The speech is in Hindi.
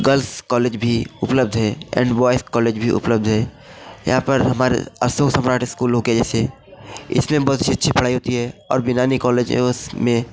गर्ल्स कॉलेज भी उपलब्ध है एंड बॉयज़ कॉलेज भी उपलब्ध है यहाँ पर हमारे अशोक सम्राट स्कूलों के जैसे इसमें बहुत ही अच्छी पढ़ाई होती है और बिनानी कॉलेज एवस में